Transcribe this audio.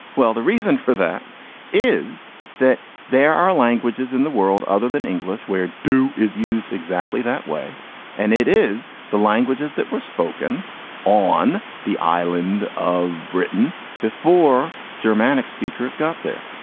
well, the reason for that is that there are languages in the world other than english where do is used exactly that way and it is the languages that were spoken on the island of britain before germanic speakers got there.